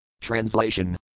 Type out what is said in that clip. Translation